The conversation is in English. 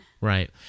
Right